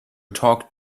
talk